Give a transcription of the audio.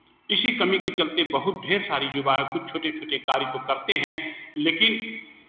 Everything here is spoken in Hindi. इसी कमी के चलते बहुत ढेर सारी युवा कुछ छोटे छोटे कार्य को करते हैं लेकिन